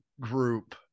group